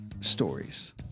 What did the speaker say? stories